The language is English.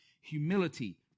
humility